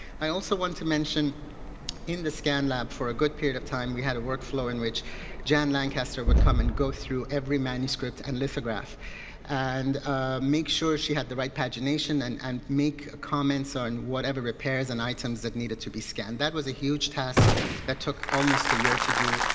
i also wanted to mention in the scan lab for a good period of time we had a workflow in which jan lancaster would come and go through every manuscript and lithograph and make sure she had the right pagination and and make comments on whatever repairs and items that needed to be scanned. that was a huge task that took almost a year to do,